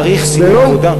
יש לך תאריך סיום עבודה,